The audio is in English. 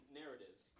narratives